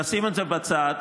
יש עוד שתי שאלות